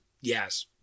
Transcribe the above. Yes